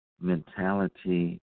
mentality